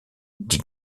dit